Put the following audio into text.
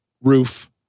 roof